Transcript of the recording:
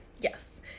Yes